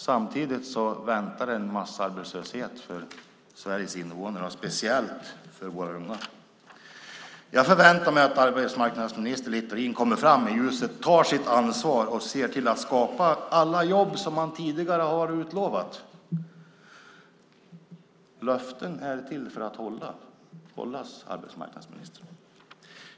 Samtidigt väntar massarbetslöshet för Sveriges invånare och speciellt för våra unga. Jag förväntar mig att arbetsmarknadsminister Littorin kommer fram i ljuset, tar sitt ansvar och ser till att skapa alla jobb som han tidigare har utlovat. Löften är till för att hållas, arbetsmarknadsministern!